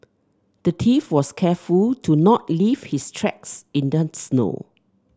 the thief was careful to not leave his tracks in the snow